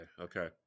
okay